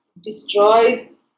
destroys